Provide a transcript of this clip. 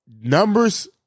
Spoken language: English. numbers